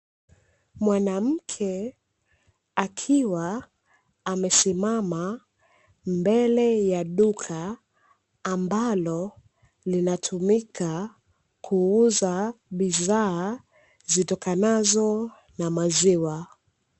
Mwanamke akiwa amesimama mbele ya duka ambalo linatumika kuuza bidhaa zitokanazo na maziwa.